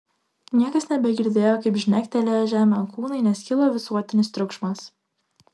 niekas nebegirdėjo kaip žnektelėjo žemėn kūnai nes kilo visuotinis triukšmas